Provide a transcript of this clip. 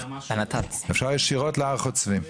אפשר ישירות להר חוצבים.